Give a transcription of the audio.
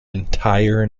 entire